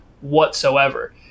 whatsoever